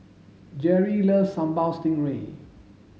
Jerri loves sambal stingray